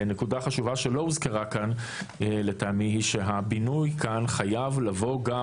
ונקודה חשובה שלא הוזכרה כאן לטעמי היא שהבינוי כאן חייב לבוא גם